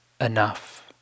enough